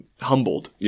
humbled